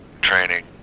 training